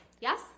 Yes